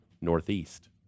Northeast